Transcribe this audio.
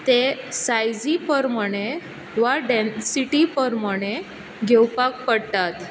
ते सायझी पोरमाणें वा डेंसीटी पोरमाणें घेवपाक पडटात